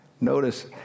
Notice